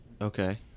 Okay